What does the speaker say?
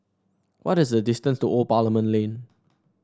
what is the distance to Old Parliament Lane